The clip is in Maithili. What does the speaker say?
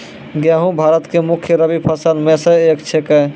गेहूँ भारत के मुख्य रब्बी फसल मॅ स एक छेकै